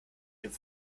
dem